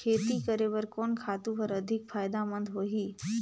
खेती करे बर कोन खातु हर अधिक फायदामंद होही?